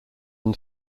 than